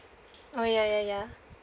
oh ya ya ya